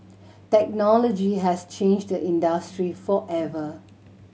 technology has changed the industry forever